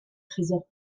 tresors